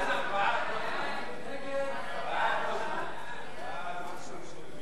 הצעת הסיכום שהביא